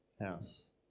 house